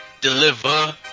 Deliver